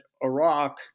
Iraq